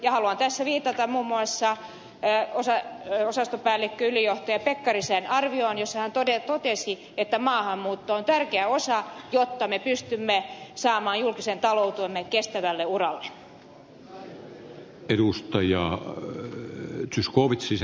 haluan tässä viitata muun muassa osastopäällikkö ylijohtaja pekkarisen arvioon jossa hän totesi että maahanmuutto on tärkeä osa jotta me pystymme saamaan julkisen taloutemme kestävälle uralle